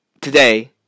today